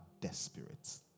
desperate